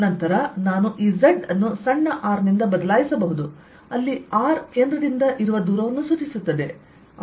ಆದ್ದರಿಂದ ನಂತರ ನಾನು ಈ z ಅನ್ನು ಸಣ್ಣ r ನಿಂದ ಬದಲಾಯಿಸಬಹುದು ಅಲ್ಲಿ r ಕೇಂದ್ರದಿಂದ ದೂರವನ್ನು ಸೂಚಿಸುತ್ತದೆ